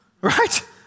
right